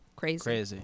Crazy